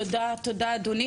תודה אדוני,